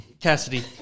Cassidy